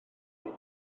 iawn